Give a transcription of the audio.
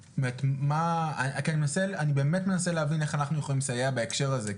אני באמת מנסה להבין איך אנחנו יכולים לסייע בהקשר הזה.